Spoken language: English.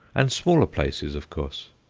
and smaller places, of course.